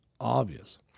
obvious